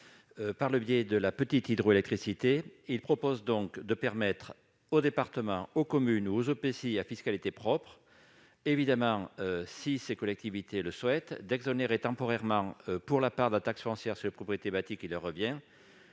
par le biais de la petite hydroélectricité, ils proposent donc de permettre aux départements, aux communes ou aux EPCI à fiscalité propre évidemment si ces collectivités le souhaitent d'exonérer temporairement pour la part de la taxe foncière sur les propriétés bâties qui leur revient,